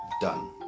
done